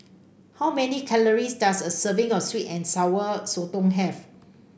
how many calories does a serving of sweet and Sour Sotong have